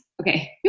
Okay